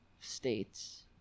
states